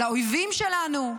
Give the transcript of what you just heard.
על האויבים שלנו?